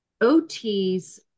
OT's